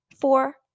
four